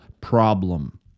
problem